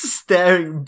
staring